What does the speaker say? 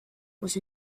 was